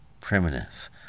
Primitive